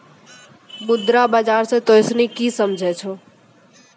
मुद्रा बाजार से तोंय सनि की समझै छौं?